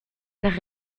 nach